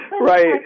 right